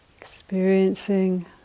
experiencing